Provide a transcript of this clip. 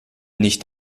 nicht